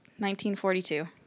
1942